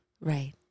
right